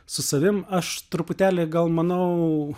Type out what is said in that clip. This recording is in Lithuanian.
su savim aš truputėlį gal manau